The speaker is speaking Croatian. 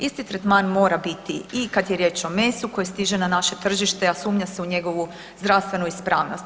Isti tretman mora biti i kad je riječ o mesu koje stiže na naše tržište, a sumnja se u njegovu zdravstvenu ispravnost.